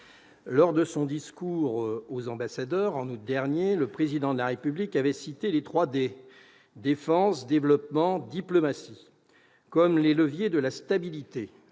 Lors de son discours aux ambassadeurs, en août dernier, le Président de la République avait cité les trois « D » -défense, développement, diplomatie -comme étant les leviers de la stabilité.